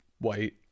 white